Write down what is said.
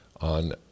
On